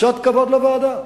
קצת כבוד לוועדה,